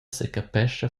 secapescha